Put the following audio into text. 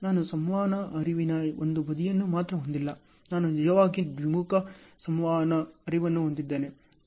ನಾನು ಸಂವಹನ ಹರಿವಿನ ಒಂದು ಬದಿಯನ್ನು ಮಾತ್ರ ಹೊಂದಿಲ್ಲ ನಾನು ನಿಜವಾಗಿ ದ್ವಿಮುಖ ಸಂವಹನ ಹರಿವನ್ನು ಹೊಂದಿದ್ದೇನೆ